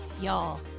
Y'all